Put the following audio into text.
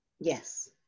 Yes